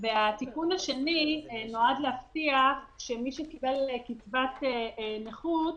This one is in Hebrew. ותיקון השני נועד להבטיח שמי שקיבל קצבת נכות,